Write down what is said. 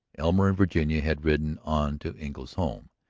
elmer and virginia had ridden on to engle's home.